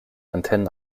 antennen